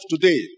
today